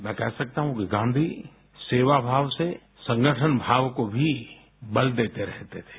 मैं कह सकता हूँ कि गाँधी सेवा भाव से संगठन भाव को भी बल देते रहते थे